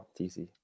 TC